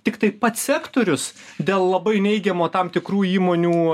tiktai pats sektorius dėl labai neigiamo tam tikrų įmonių